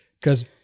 because-